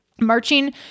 Marching